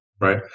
Right